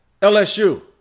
LSU